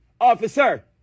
Officer